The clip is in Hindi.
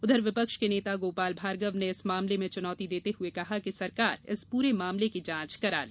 उधर विपक्ष के नेता गोपाल भार्गव ने इस मामले में चुनौती देते हुए कहा कि सरकार इस पूरे मामले की जांच करा ले